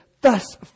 thus